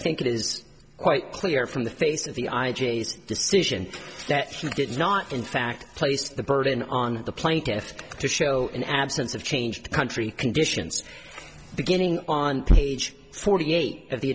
think it is quite clear from the face of the i g decision that he did not in fact place the burden on the plaintiffs to show an absence of change the country conditions beginning on page forty eight of the